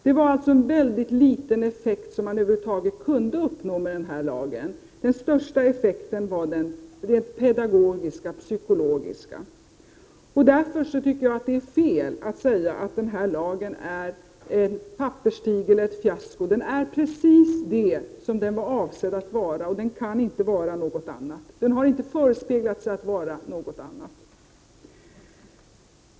Det var alltså en ytterst liten effekt som man över huvud taget kunde uppnå med den här lagen. Den största effekten var den rent pedagogisk-psykologiska. Därför tycker jag att det är fel att säga att lagen är en papperstiger och ett fiasko. Den är precis det som den var avsedd att vara, och den kan inte vara något annat. Det har inte förespeglats att den skulle vara något annat.